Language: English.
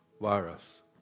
virus